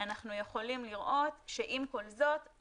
אנחנו יכולים לראות שעם כל זאת,